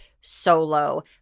solo